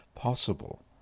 possible